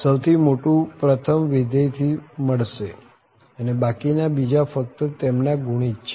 સૌથી મોટું પ્રથમ વિધેય થી મળશે અને બાકી ના બીજા ફક્ત તેમના ગુણિત છે